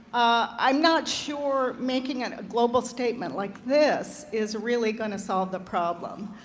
i'm not sure making a global statement like this is really going to solve the problem,